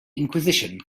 inquisition